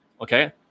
okay